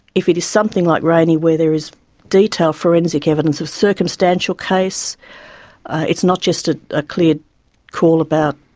if it is something like rayney where there is detailed forensic evidence of circumstantial case it's not just a ah clear call about